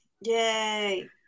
Yay